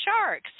sharks